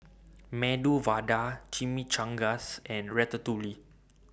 Medu Vada Chimichangas and Ratatouille